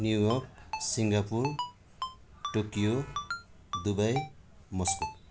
new York Singapore Tokyo Dubai Moscow